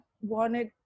wanted